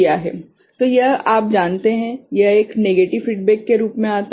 तो यह आप जानते हैं यह एक नेगेटिव फीडबेक के रूप में आता है